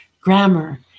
grammar